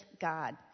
God